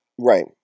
Right